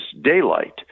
daylight